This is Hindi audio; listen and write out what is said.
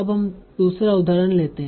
अब हम दूसरा उदाहरण लेते है